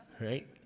right